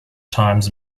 times